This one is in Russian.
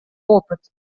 опыт